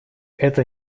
это